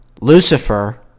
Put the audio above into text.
Lucifer